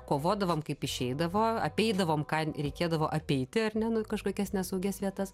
kovodavom kaip išeidavo apeidavom ką reikėdavo apeiti ar ne nu kažkokias nesaugias vietas